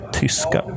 tyska